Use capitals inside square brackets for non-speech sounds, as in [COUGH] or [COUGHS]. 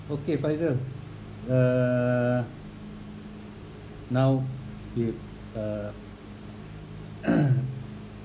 okay faizal uh now you uh [COUGHS]